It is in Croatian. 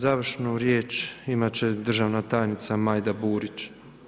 Završnu riječ, imati će državna tajnica Majda Burić.